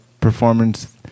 performance